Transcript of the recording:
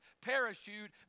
parachute